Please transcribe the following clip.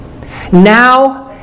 Now